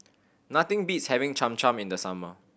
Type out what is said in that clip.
nothing beats having Cham Cham in the summer